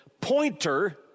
pointer